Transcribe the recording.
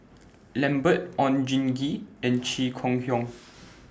Lambert Oon Jin Gee and Chong Kee Hiong